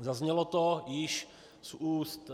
Zaznělo to již z úst